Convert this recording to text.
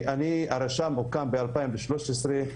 הרשם הוקם ביולי 2013,